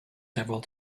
several